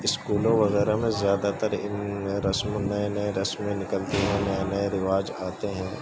اسکولوں وغیرہ میں زیادہ تر ان رسم نئے نئے رسمیں نکلتی ہیں نئے نئے رواج آتے ہیں